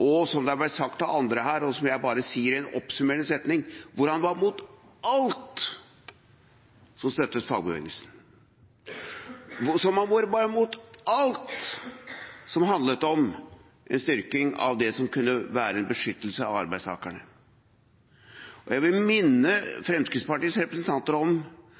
og – som det ble sagt av andre her, og som jeg bare sier i en oppsummerende setning – hvor han var imot alt som støttet fagbevegelsen, og han var imot alt som handlet om en styrking av det som kunne være en beskyttelse av arbeidstakerne. Jeg vil minne Fremskrittspartiets representanter om